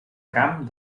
camp